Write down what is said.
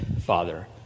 Father